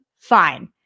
fine